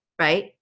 right